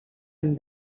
amb